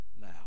now